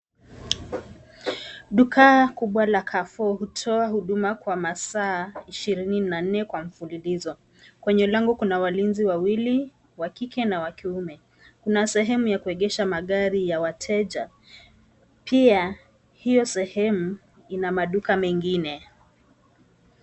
Duka kubwa la Carrefour hutoa huduma kwa masaa ishirini na nne kwa mfululizo. Kwenye lango kuna walinzi wawili wa kike na wa kiume. Kuna sehemu ya kuegesha magari ya wateja. Pia hiyo sehemu ina maduka mengine.